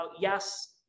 yes